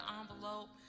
envelope